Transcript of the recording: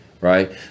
right